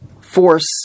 force